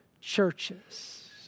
churches